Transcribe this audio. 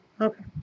okay